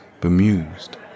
bemused